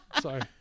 Sorry